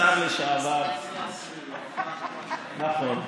השר לשעבר נכון,